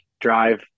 drive